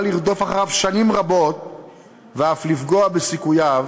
לרדוף אחריו שנים רבות ואף לפגוע בסיכוייו